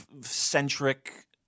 centric